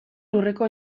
lurreko